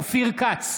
אופיר כץ,